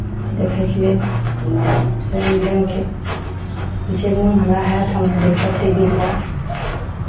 देखैक लेल हरेक रङ्गके जे मोन हमरा हएत हम देखब टी भी पर